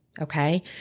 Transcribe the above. Okay